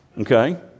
Okay